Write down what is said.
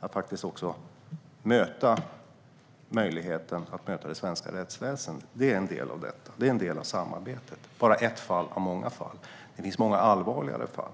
att faktiskt möta det svenska rättsväsendet. Detta är en del av samarbetet. Det är bara ett av många fall. Det finns många allvarligare fall.